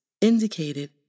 indicated